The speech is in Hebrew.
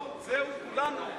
או, זהו, כולנו.